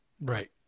right